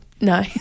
no